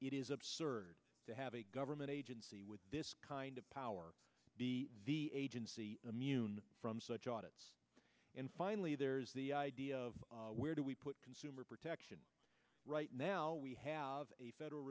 it is absurd to have a government agency with this kind of power the agency immune from such audit and finally there's the idea of where do we put consumer protection right now we have a federal